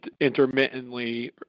intermittently